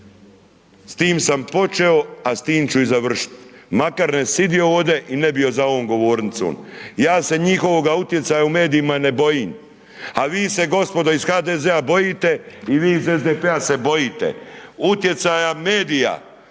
s tim sam počeo a s tim ću i završiti makar ne sjedio ovdje i ne bio za ovom govornicom. Ja se njihovoga utjecaja u medijima ne bojim a vi se gospodo iz HDZ-a bojite i vi iz SDP-a se bojite utjecaja medija